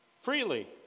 freely